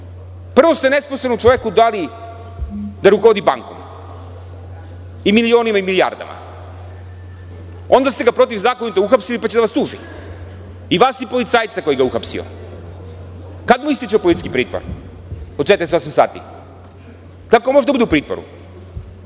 Prvo ste nesposobnom čoveku dali da rukovodi bankom i milionima i milijardama. Onda ste ga protivzakonito uhapsili, pa će da vas tuži i vas i policajca koji ga je uhapsio. Kad mu ističe policijski pritvor od 48 sati? Kako može da bude u pritvoru?